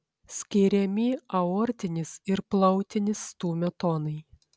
skiriami aortinis ir plautinis stūmio tonai